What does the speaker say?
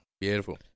Beautiful